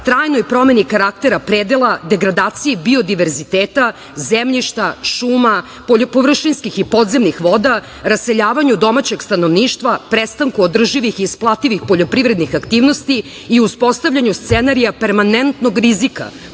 trajnoj promeni karaktera predela, degradaciji biodiverziteta zemljišta, šuma, površinskih i podzemnih voda, raseljavanju domaćeg stanovništva, prestanku održivih i isplativih poljoprivrednih aktivnosti i uspostavljanju scenarija permanentnog rizika